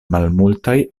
malmultaj